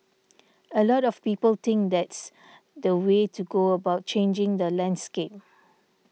a lot of people think that's the way to go about changing the landscape